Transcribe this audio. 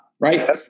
right